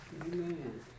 Amen